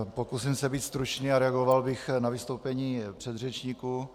Pokusím se být stručný a reagoval bych na vystoupení předřečníků.